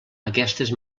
aquestes